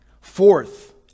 Fourth